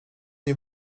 nie